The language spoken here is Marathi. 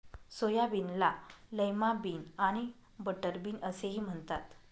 सोयाबीनला लैमा बिन आणि बटरबीन असेही म्हणतात